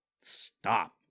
stop